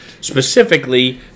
specifically